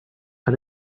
how